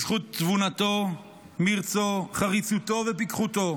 בזכות תבונתו, מרצו, חריצותו ופיקחותו,